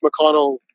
McConnell